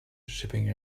shipping